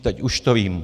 Teď už to vím.